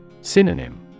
Synonym